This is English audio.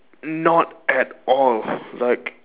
not at all like